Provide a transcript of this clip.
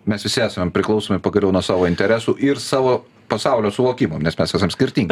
mes visi esame priklausomi pagaliau nuo savo interesų ir savo pasaulio suvokimo nes mes esam skirtingi